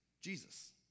Jesus